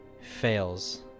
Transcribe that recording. fails